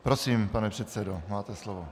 Prosím, pane předsedo, máte slovo.